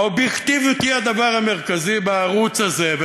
האובייקטיביות תהיה הדבר המרכזי בערוץ הזה.